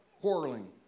quarreling